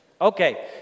Okay